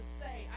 say